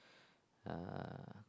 uh